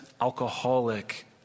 alcoholic